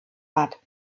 hat